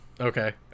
Okay